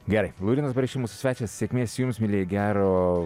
gerai laurynas bareiša mūsų svečias sėkmės jums mielieji gero